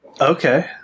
okay